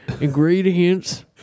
ingredients